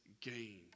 gain